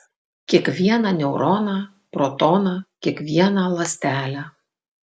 kiekvieną neuroną protoną kiekvieną ląstelę